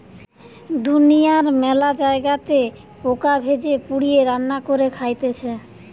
দুনিয়ার মেলা জায়গাতে পোকা ভেজে, পুড়িয়ে, রান্না করে খাইতেছে